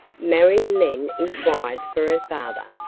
marion then inquired for her father,